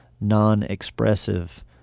non-expressive